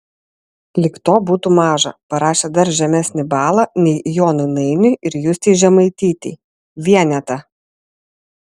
lyg to būtų maža parašė dar žemesnį balą nei jonui nainiui ir justei žemaitytei vienetą